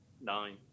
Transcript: nine